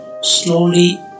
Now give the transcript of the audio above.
slowly